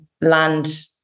land